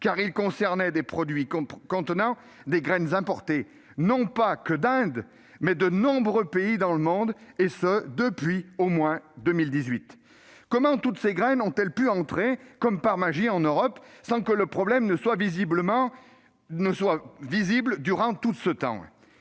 car il concernait des produits contenant des graines importées non seulement d'Inde, mais également de nombreux pays dans le monde, et ce depuis 2018 au moins. Comment toutes ces graines avaient-elles pu entrer, comme par magie, en Europe, sans que le problème soit visible, durant tout ce temps ?